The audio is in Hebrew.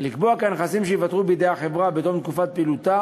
לקבוע כי הנכסים שייוותרו בידי החברה בתום תקופת פעילותה